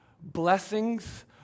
blessings